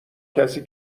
کسی